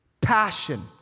passion